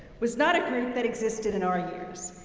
was not a group that existed in our years.